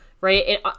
right